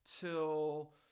till